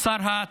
עם שר התחבורה.